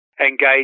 Engage